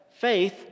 faith